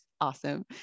Awesome